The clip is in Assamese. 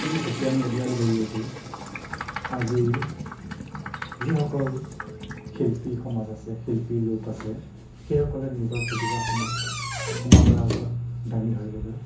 এই চ'ছিয়েল মিডিয়াৰ জৰিয়তেই আজিৰ যিসকল শিল্পী সমাজ আছে শিল্পীৰ লোক আছে সেইসকলে নিজৰ প্ৰতিভাসমূহ সমাজৰ আগত দাঙি ধৰিবলৈ